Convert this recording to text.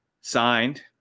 signed